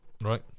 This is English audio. right